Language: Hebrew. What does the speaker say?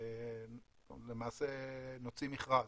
למעשה נוציא מכרז,